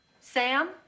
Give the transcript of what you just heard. Sam